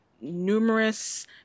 numerous